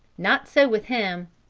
not so with him.